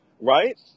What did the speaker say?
right